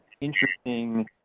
interesting